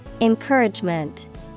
Encouragement